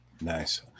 Nice